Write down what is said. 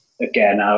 Again